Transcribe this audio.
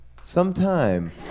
sometime